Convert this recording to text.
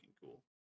cool